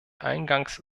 eingangs